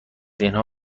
اینها